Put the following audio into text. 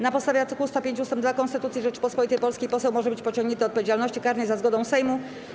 Na podstawie art. 105 ust. 2 Konstytucji Rzeczypospolitej Polskiej poseł może być pociągnięty do odpowiedzialności karnej za zgodą Sejmu.